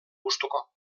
gustuko